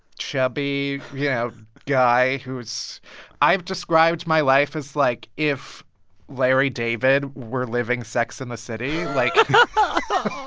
chubby, you know, guy who's i've described my life as like if larry david were living sex and the city. like. but